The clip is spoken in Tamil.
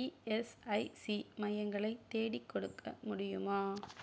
இஎஸ்ஐசி மையங்களை தேடிக்கொடுக்க முடியுமா